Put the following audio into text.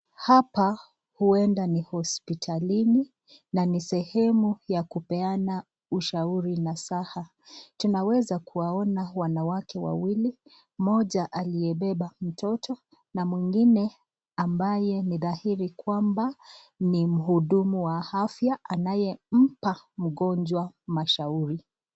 Hapa uenda ni hospitali na ni sehemu ya kupeana ushauri na shaa, tunaweza kuwaona wanawake wawili moja aliyepepa mtoto, na wingine ni dahiri kwamba ni muhudumu ya afya anaye ampa mgonjwa mashauri.